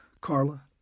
Carla